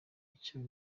icyo